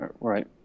Right